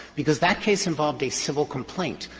because that case involved a civil complaint,